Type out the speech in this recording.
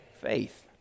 faith